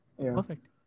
Perfect